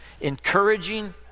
encouraging